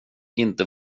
inte